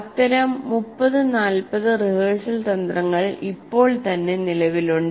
അത്തരം 30 40 റിഹേഴ്സൽ തന്ത്രങ്ങൾ ഇപ്പോൾ തന്നെ നിലവിൽ ഉണ്ട്